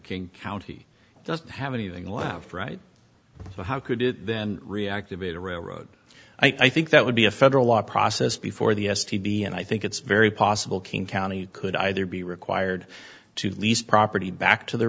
king county doesn't have anything left right so how could it then reactivate a railroad i think that would be a federal law process before the s t b and i think it's very possible king county could either be required to lease property back to the